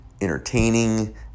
entertaining